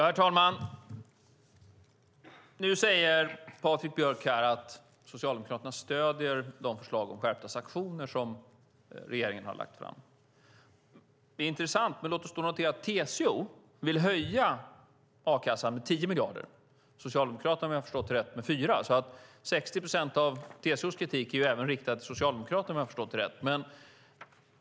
Herr talman! Nu säger Patrik Björck att Socialdemokraterna stöder de förslag om skärpta sanktioner som regeringen har lagt fram. Det är intressant. Låt oss dock notera att TCO vill höja a-kassan med 10 miljarder. Socialdemokraterna vill, om jag har förstått det rätt, höja den med 4 miljarder. 60 procent av TCO:s kritik är alltså även riktad mot Socialdemokraterna, om jag har förstått det rätt.